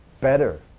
Better